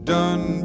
Done